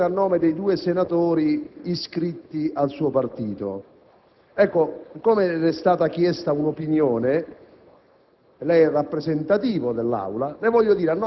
Mi sono incuriosito ed ho letto la pubblicità riportata sul "Corriere della Sera", esattamente come ha rivendicato lei di poter fare perché è stata pubblicata questa mattina.